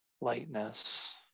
lightness